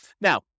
Now